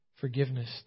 forgiveness